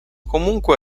comunque